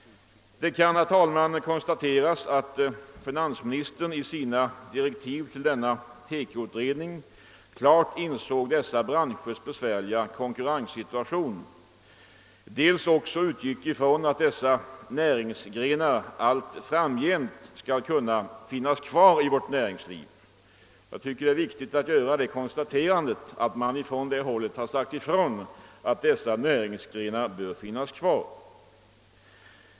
Det kan, herr talman, konstateras att finansministern i sina direktiv till TEKO-utredningen dels klart insåg ifrågavarande branschers besvärliga konkurrenssituation, dels utgick från att dessa näringsgrenar allt framgent skulle kunna finnas kvar i vårt näringsliv. Jag tycker att det är viktigt att göra det konstaterandet, att det från detta håll sagts ifrån att de aktuella näringsgrenarna bör finnas kvar.